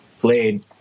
played